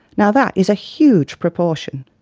now that is a huge proportion.